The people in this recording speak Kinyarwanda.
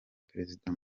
perezida